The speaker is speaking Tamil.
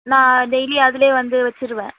நான் டெய்லி அதுலேயே வந்து வைச்சிருவேன்